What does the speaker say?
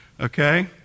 Okay